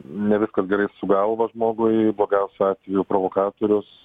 ne viskas gerai su galva žmogui blogiausiu atveju provokatorius